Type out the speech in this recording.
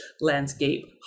landscape